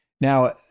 Now